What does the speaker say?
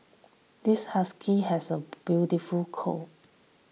this husky has a beautiful coat